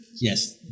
Yes